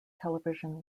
television